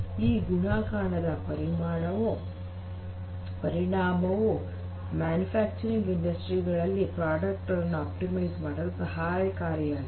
ಈ ಗುಣಾಕಾರದ ಪರಿಣಾಮವು ಮ್ಯಾನುಫ್ಯಾಕ್ಚರಿಂಗ್ ಇಂಡಸ್ಟ್ರೀಸ್ ಗಳಲ್ಲಿ ಪ್ರಾಡಕ್ಟ್ಸ್ ಗಳನ್ನು ಆಪ್ಟಿಮೈಜ್ ಮಾಡಲು ಸಹಾಯಕಾರಿಯಾಗಿದೆ